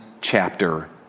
chapter